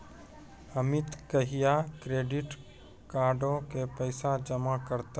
अमित कहिया क्रेडिट कार्डो के पैसा जमा करतै?